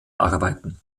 arbeiten